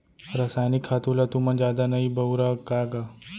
रसायनिक खातू ल तुमन जादा नइ बउरा का गा?